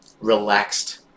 relaxed